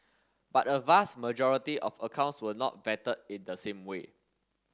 but a vast majority of accounts were not vetted in the same way